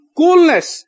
coolness